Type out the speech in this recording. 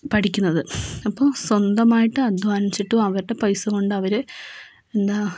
പഠിക്കുന്നത് അപ്പോൾ സ്വന്തമായിട്ട് അധ്വാനിച്ചിട്ടും അവരുടെ പൈസ കൊണ്ടവർ എന്താ